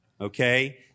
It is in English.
Okay